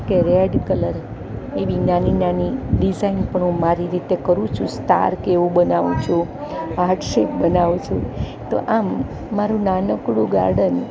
કે red colour એવી નાની નાની ડિજાઇન પણ હું મારી રીતે કરું છું સ્ટાર કે એવું બનાવું છું હાર્ટ શેપ બનાવું છું તો આમ મારું નાનકડું ગાર્ડન